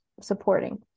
supporting